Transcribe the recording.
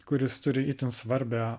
kuris turi itin svarbią